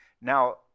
Now